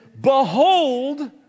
behold